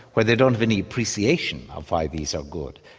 where they don't have any appreciation of why these are good.